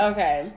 Okay